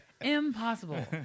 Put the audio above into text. Impossible